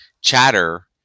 chatter